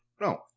No